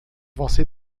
você